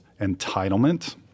entitlement